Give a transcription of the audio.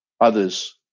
others